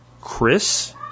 Chris